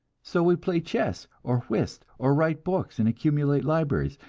so we play chess, or whist, or write books and accumulate libraries.